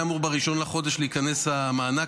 היה אמור ב-1 לחודש להיכנס המענק,